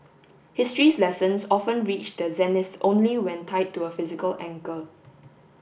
history's lessons often reach their zenith only when tied to a physical anchor